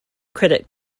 critic